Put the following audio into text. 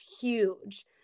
huge